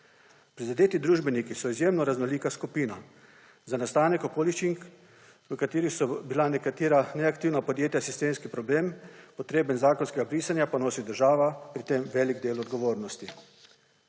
Prizadeti družbeniki so izjemno raznolika skupina. Za nastanek okoliščin, v katerih so bila nekatera neaktivna podjetja sistemski problem, potreben zakonskega brisanja, pa nosi država velik del odgovornosti.